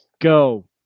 Go